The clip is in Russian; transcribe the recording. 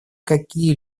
какие